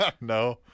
No